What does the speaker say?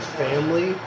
family